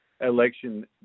election